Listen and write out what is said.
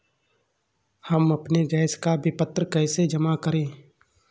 हम अपने गैस का विपत्र कैसे जमा करें?